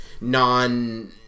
non